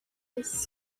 this